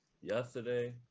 yesterday